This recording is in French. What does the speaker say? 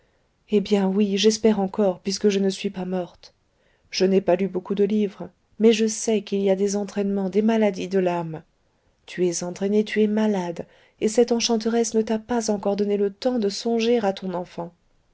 eh bien oui j'espère encore puisque je ne suis pas morte je n'ai pas lu beaucoup de livres mais je sais qu'il y a des entraînements des maladies de l'âme tu es entraîné tu es malade et cette enchanteresse ne t'a pas encore donné le temps de songer à ton enfant